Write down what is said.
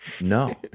no